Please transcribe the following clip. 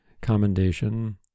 commendation